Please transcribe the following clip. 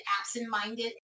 absent-minded